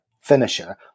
finisher